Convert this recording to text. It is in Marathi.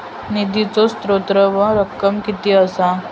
निधीचो स्त्रोत व रक्कम कीती असा?